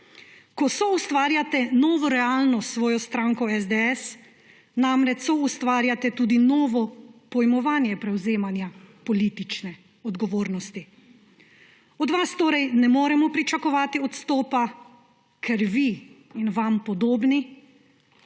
Ko soustvarjate novo realnost s svojo stranko SDS, namreč soustvarjate tudi novo pojmovanje prevzemanja politične odgovornosti. Od vas torej ne moremo pričakovati odstopa, ker vi in vam podobni